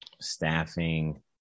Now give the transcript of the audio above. staffing